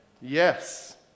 Yes